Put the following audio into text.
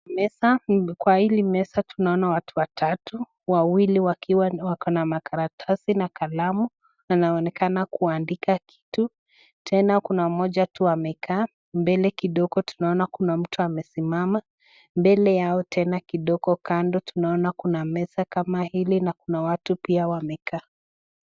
Meza, kwa hili meza tunaona watu watatu wawili wakiwa wako na makaratasi na kalamu na wanaonekana kuandika kitu, tena kuna mmoja tu amekaa, mbele kidogo tunaona kuna mtu amesimama, mbele yao tena kidogo kando tunaona kuna meza kama hili na kuna watu pia wamekaa.